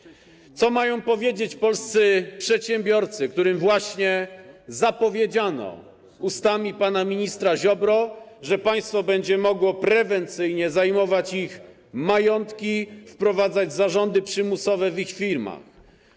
Co mają powiedzieć polscy przedsiębiorcy, którym właśnie zapowiedziano ustami pana ministra Ziobry, że państwo będzie mogło prewencyjnie zajmować ich majątki, wprowadzać zarządy przymusowe w ich firmach?